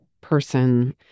person